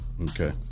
Okay